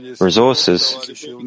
resources